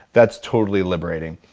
that's totally liberating.